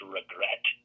regret